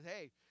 hey